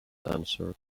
answered